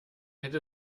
hätte